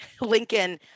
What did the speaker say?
Lincoln